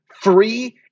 free